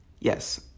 Yes